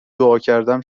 دعاکردم